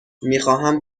میخواهم